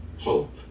hope